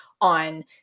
on